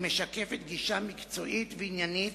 היא משקפת גישה מקצועית ועניינית,